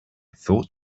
thought